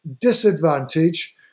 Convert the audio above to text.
disadvantage